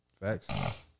Facts